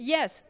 Yes